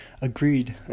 Agreed